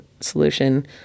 solution